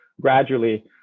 gradually